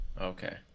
Okay